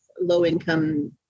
low-income